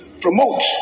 promote